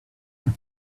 them